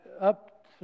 up